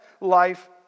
life